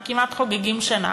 אנחנו כמעט חוגגים שנה,